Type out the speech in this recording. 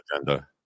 agenda